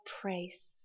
praise